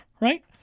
Right